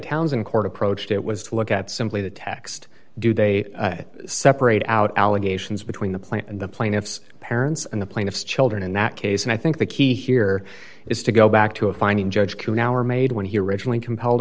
townsend court approached it was to look at simply the text do they separate out allegations between the plant and the plaintiff's parents and the plaintiff's children in that case and i think the key here is to go back to a finding judge who now were made when he originally compelled